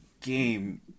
game